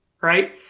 right